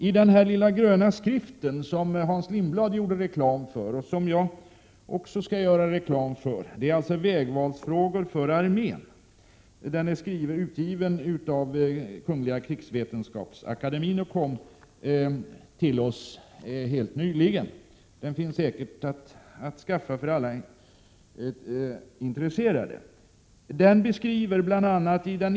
I den lilla gröna skrift som Hans Lindblad gjorde reklam för, vilket också jag skall göra, finns bl.a. i det inledande avsnittet en beskrivning, som är gjord av översten av 1:a graden Bengt Sjöberg, av hur den tekniska fördyringen slår i den budget som försvaret har att tillgå.